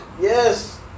Yes